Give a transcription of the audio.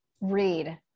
read